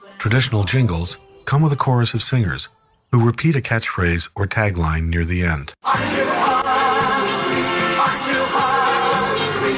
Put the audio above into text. traditional jingles come with a chorus of singers who repeat a catchphrase or tagline near the end um